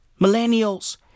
Millennials